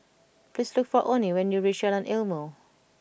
please look for Onnie when you reach Jalan Ilmu